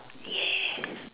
!yay!